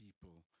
people